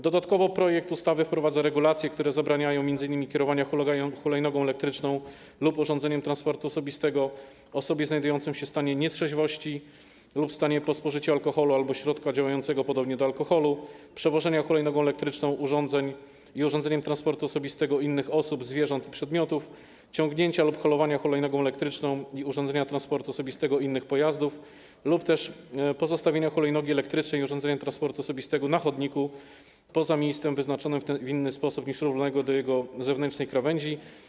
Dodatkowo projekt ustawy wprowadza regulacje, które zabraniają m.in. kierowania hulajnogą elektryczną lub urządzeniem transportu osobistego osobie znajdującej się w stanie nietrzeźwości lub w stanie po spożyciu alkoholu albo środka działającego podobnie do alkoholu, przewożenia hulajnogą elektryczną lub urządzeniem transportu osobistego innych osób, zwierząt i przedmiotów, ciągnięcia lub holowania hulajnogą elektryczną lub urządzeniem transportu osobistego innych pojazdów lub też pozostawiania hulajnogi elektrycznej lub urządzenia transportu osobistego na chodniku, poza miejscem wyznaczonym, w inny sposób niż równolegle do jego zewnętrznej krawędzi.